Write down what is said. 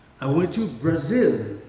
i went to brazil.